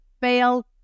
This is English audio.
fail